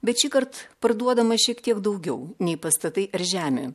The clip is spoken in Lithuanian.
bet šįkart parduodama šiek tiek daugiau nei pastatai ar žemė